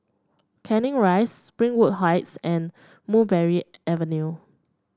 Canning Rise Springwood Heights and Mulberry Avenue